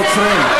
נוצרים.